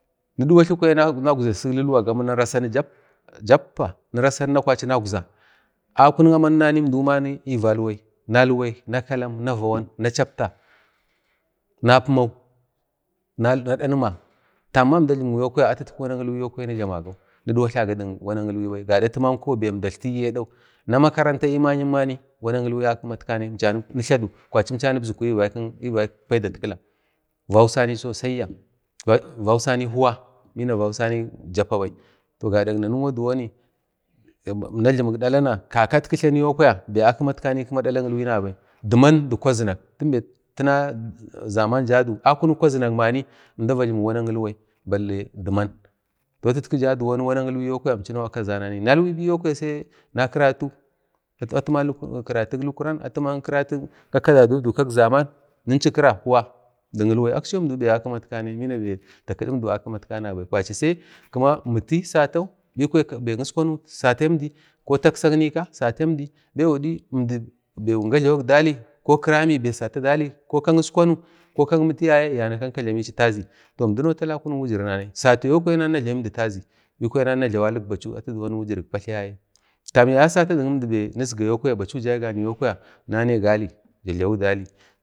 nidwatlini nazgwe sik lulwa gama jappa na rasini jappa ni rasini kwari naukza akunik aman nanai əmdo ba ni valwai, na kalam, na vawan, na chapta, na pimau, na dadma tamba əmda ajlimu atu wanak ilwai yo kwaya nini jlamagau ni vadwatlu duk wana kilwai bai atiyau fibe əmda tltiyu adawu, na makaranta ni ma'yim bani wanak ilwai akimatkanai inkani nintladu kwari ibzuku ni vaikuk paidatkila vausani sosayya vausani huwa bina vausanai jappabai to gadak nanu duwon bai akimatkanai kima ilwal nabai diman dik kwazinak tina zama jadu akunik kwazinakbani əmda valwai balle diman toh atitku iwana kilwai yokwaya kazannai layya nalwa biyo kwaya na karatu Alkuran atima karatuk kakkadadun dau kak zaman ninchu kira huwa dk ilwai akchi yau bebabu akimat kanai fi takidi əmdau akimatka nabai kwari sai kima miti satau bikwa be iskwanu satendi ko taksak ika satendi, əmdibe wun ga jlabak dali ko kiramini achi baskwani ko kakmutu yaye yana ka jlamechi ta'azin toh əmdinau tala akunik wujir nanai sata yo kwayan nana na jlaminoli ta'azinbikwa na jlawi wujirik patlayaye tam yaye asata dik əmdi bachu za dawe ganai yo kwaya nane gali ja jlawi dali